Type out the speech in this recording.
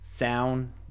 sound